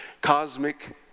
cosmic